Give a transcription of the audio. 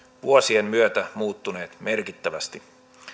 vuosien myötä muuttuneet merkittävästi